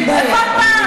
בכל פעם.